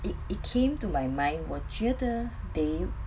it it came to my mind 我觉得 they